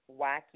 wacky